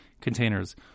containers